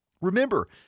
Remember